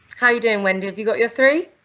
how are you doing wendy, have you got your three?